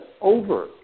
over